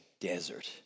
desert